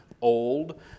old